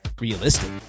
realistic